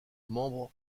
membre